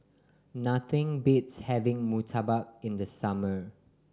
nothing beats having murtabak in the summer